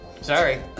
Sorry